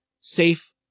safe